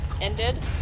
ended